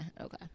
okay